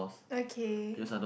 okay